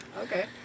Okay